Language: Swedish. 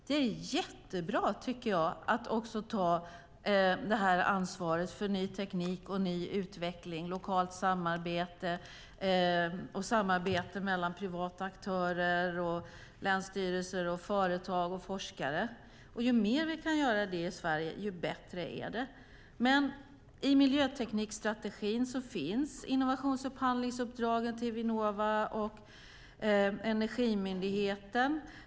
Det är jättebra att ta ansvaret för ny teknik och ny utveckling, lokalt samarbete, samarbeten mellan privata aktörer, länsstyrelser, företag och forskare. Ju mer vi kan göra det i Sverige, desto bättre är det. Men i miljöteknikstrategin finns innovationsupphandlingsuppdragen till Vinnova och Energimyndigheten.